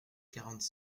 quarante